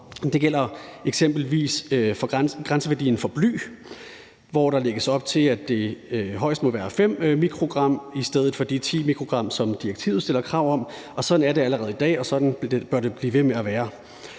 Det gælder eksempelvis grænseværdien for bly, hvor der lægges op til, at det højst må være 5 mikrogram i stedet for de 10 mikrogram, som direktivet stiller krav om. Sådan er det allerede i dag, og sådan bør det blive ved med at være.